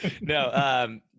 No